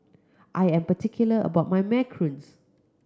I am particular about my macarons